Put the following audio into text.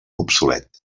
obsolet